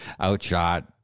outshot